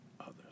others